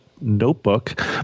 notebook